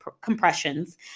compressions